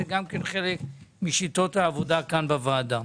זה גם כן חלק משיטות העבודה כאן בוועדה.